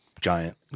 giant